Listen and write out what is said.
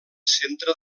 centre